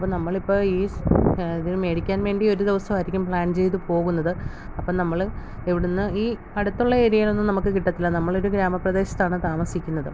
ഇപ്പം നമ്മളിപ്പം ഈസ് അത് മേടിയ്ക്കാൻ വേണ്ടി ഒരു ദിവസം ആയിരിക്കും പ്ലാൻ ചെയ്തു പോകുന്നത് അപ്പം നമ്മൾ ഇവിടെ നിന്ന് ഈ അടുത്തുള്ള ഏരിയയിലൊന്നും നമുക്ക് കിട്ടത്തില്ല നമ്മൾ ഒരു ഗ്രാമപ്രദേശത്താണ് താമസിക്കുന്നത്